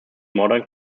modern